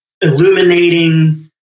illuminating